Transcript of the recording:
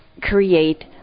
create